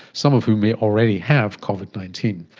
some of whom may already have covid nineteen.